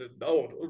no